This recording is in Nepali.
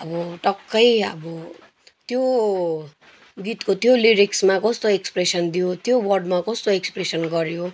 अब टक्कै अब त्यो गीतको त्यो लिरिक्समा कस्तो एक्सप्रेसन दियो त्यो वर्डमा कस्तो एक्सप्रेसन गर्यो